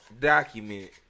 document